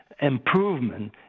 Improvement